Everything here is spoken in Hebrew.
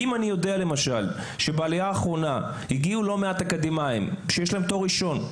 אם אני יודע שבעלייה האחרונה הגיעו לא מעט אקדמאים שיש להם תואר ראשון,